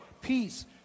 peace